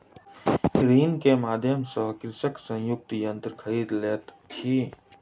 ऋण के माध्यम सॅ कृषक संयुक्तक यन्त्र खरीद लैत अछि